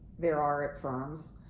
there are at firms.